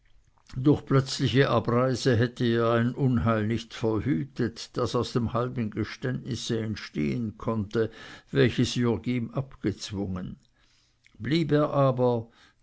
durch plötzliche abreise hätte er ein unheil nicht verhütet das aus dem halben geständnisse entstehen konnte welches ihm jürg abgezwungen blieb er aber